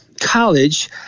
college